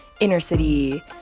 inner-city